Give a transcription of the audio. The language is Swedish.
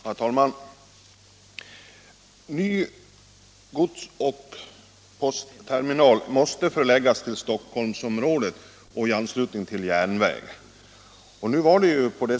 Herr talman! En ny godsoch postterminal måste förläggas till Stockholmsområdet och i anslutning till järnväg.